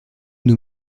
nous